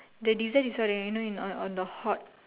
the dessert is what you know on on the hot